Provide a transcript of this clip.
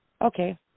Okay